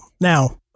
Now